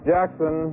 Jackson